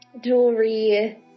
jewelry